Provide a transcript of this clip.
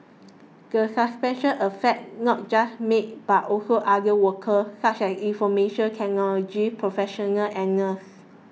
the suspension affects not just maids but also other workers such as information technology professionals and nurses